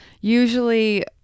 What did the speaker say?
Usually